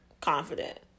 confident